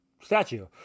statue